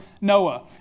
Noah